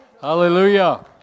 Hallelujah